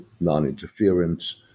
non-interference